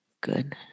Good